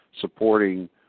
supporting